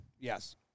Yes